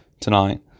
tonight